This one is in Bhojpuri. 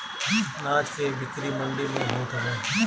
अनाज के बिक्री मंडी में होत हवे